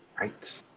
Right